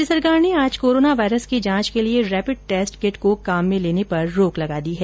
राज्य सरकार ने आज कोरोना वायरस की जांच के लिए रैपिड टैस्ट किट को काम में लेने पर रोक लगा दी है